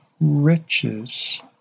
riches